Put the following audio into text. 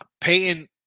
Payton